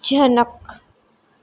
જનક